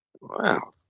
Wow